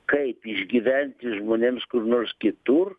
kaip išgyventi žmonėms kur nors kitur